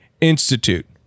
Institute